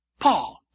Paul